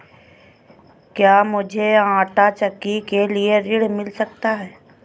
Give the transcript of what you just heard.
क्या मूझे आंटा चक्की के लिए ऋण मिल सकता है?